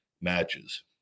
matches